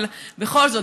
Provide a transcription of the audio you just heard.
בכל זאת,